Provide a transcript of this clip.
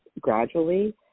gradually